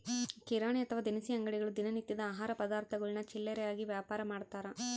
ಕಿರಾಣಿ ಅಥವಾ ದಿನಸಿ ಅಂಗಡಿಗಳು ದಿನ ನಿತ್ಯದ ಆಹಾರ ಪದಾರ್ಥಗುಳ್ನ ಚಿಲ್ಲರೆಯಾಗಿ ವ್ಯಾಪಾರಮಾಡ್ತಾರ